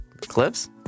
Clips